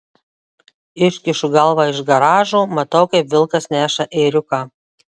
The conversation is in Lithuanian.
iškišu galvą iš garažo matau kaip vilkas neša ėriuką